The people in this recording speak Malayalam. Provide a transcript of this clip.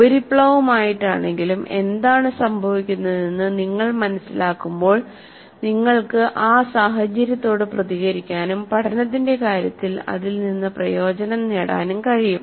ഉപരിപ്ലവമായിട്ടാണെങ്കിലും എന്താണ് സംഭവിക്കുന്നതെന്ന് നിങ്ങൾ മനസിലാക്കുമ്പോൾ നിങ്ങൾക്ക് ആ സാഹചര്യത്തോട് പ്രതികരിക്കാനും പഠനത്തിന്റെ കാര്യത്തിൽ അതിൽ നിന്ന് പ്രയോജനം നേടാനും കഴിയും